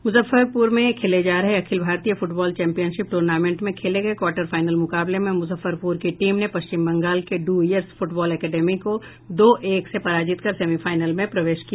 मुजफ्फरपुर में खेले जा रहे अखिल भारतीय फुटबॉल चैंपियनशिप टूर्नामेंट में खेले गये क्वार्टर फाइनल मुकाबले में मुजफ्फरपुर की टीम ने पश्चिम बंगाल के ड्यर्स फुटबॉल एकेडमी को दो एक से पराजित कर सेमीफाइनल में प्रवेश किया